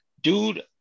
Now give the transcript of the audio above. dude